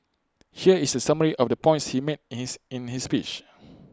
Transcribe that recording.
here is A summary of the points he made his in his speech